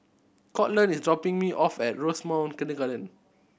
Courtland is dropping me off at Rosemount Kindergarten